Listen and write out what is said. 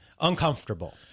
uncomfortable